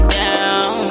down